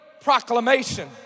proclamation